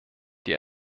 die